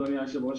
אדוני היושב-ראש,